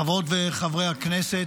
חברות וחברי הכנסת,